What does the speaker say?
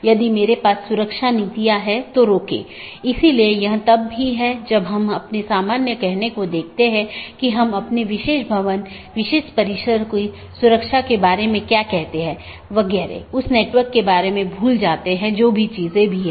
कुछ और अवधारणाएं हैं एक राउटिंग पॉलिसी जो महत्वपूर्ण है जोकि नेटवर्क के माध्यम से डेटा पैकेट के प्रवाह को बाधित करने वाले नियमों का सेट है